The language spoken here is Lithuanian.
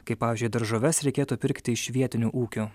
kaip pavyzdžiui daržoves reikėtų pirkti iš vietinių ūkių